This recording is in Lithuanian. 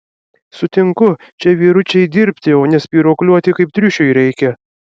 sutinku čia vyručiai dirbti o ne spyruokliuoti kaip triušiui reikia